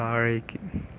താഴേക്ക്